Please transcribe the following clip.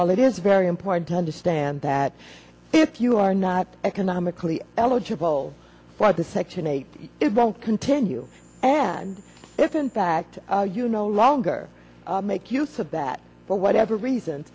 all it is very important to understand that if you are not economically eligible for the section eight it won't continue and if in fact you no longer make use of that for whatever reason